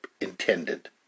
intended